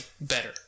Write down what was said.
better